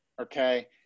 okay